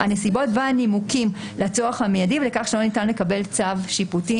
הנסיבות והנימוקים לצורך המיידי ולכך שלא ניתן לקבל צו שיפוטי.